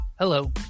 Hello